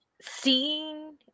seeing